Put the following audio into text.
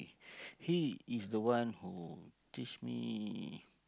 he is the one who teach me